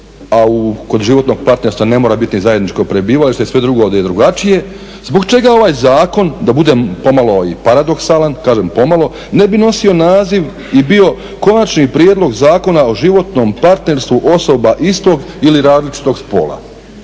a kod životnog partnerstva ne mora biti zajedničko prebivalište sve drugo …/Govornik se ne razumije./… drugačije. Zbog čega ovaj zakon da budem pomalo i paradoksalan, kaže pomalo, ne bi nosio naziv i bio konačni prijedlog zakona o životnom partnerstvu osoba istoga ili različitog spola?